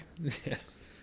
Yes